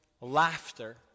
laughter